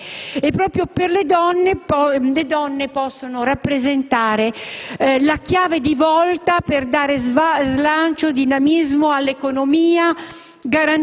Proprio le donne possono rappresentare la chiave di volta per dare slancio e dinamismo all'economia,